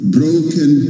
broken